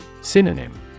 Synonym